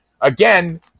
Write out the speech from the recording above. Again